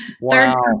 Wow